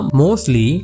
mostly